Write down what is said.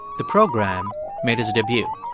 the program made its debut.